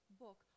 book